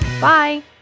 Bye